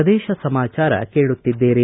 ಪ್ರದೇಶ ಸಮಾಚಾರ ಕೇಳುತ್ತಿದ್ದೀರಿ